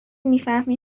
میفهمین